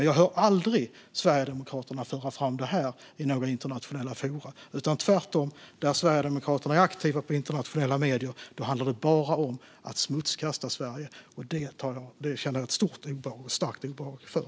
Jag hör dock aldrig Sverigedemokraterna föra fram sådant i några internationella forum, utan där Sverigedemokraterna är aktiva i internationella medier handlar det tvärtom bara om att smutskasta Sverige. Det, herr talman, känner jag ett stort och starkt obehag inför.